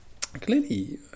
Clearly